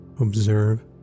Observe